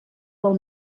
del